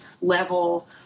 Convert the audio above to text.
level